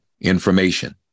information